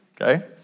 okay